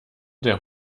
der